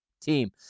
team